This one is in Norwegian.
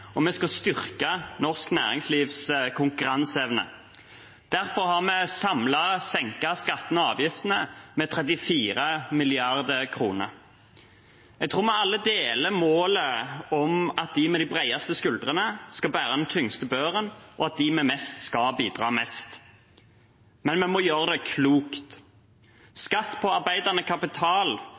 og vi skal styrke norsk næringslivs konkurranseevne. Derfor har vi samlet senket skattene og avgiftene med 34 mrd. kr. Jeg tror vi alle deler målet om at de med de bredeste skuldrene skal bære den tyngste børen, og at de med mest skal bidra mest. Men vi må gjøre det klokt. Skatt på arbeidende kapital,